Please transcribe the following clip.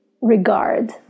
regard